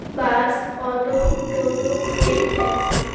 bus auto toto train taxi